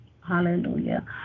Hallelujah